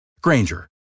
Granger